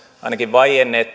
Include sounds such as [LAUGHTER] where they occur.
ainakin vaienneet [UNINTELLIGIBLE]